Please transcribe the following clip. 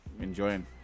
enjoying